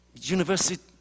university